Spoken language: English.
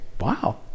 Wow